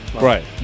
Right